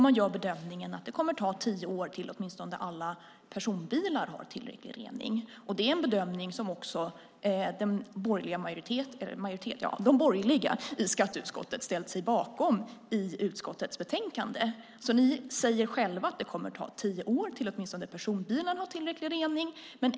Man gör bedömningen att det kommer att ta tio år till innan åtminstone alla personbilar har tillräcklig rening. Detta är en bedömning som också de borgerliga i skatteutskottet ställt sig bakom i utskottets betänkande. Ni säger alltså själva, Lena Asplund, att det kommer att ta tio år tills åtminstone personbilarna har tillräcklig rening.